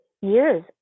years